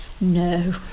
No